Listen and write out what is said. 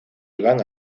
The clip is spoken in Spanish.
iban